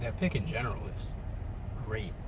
ah pic in general is great.